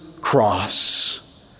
cross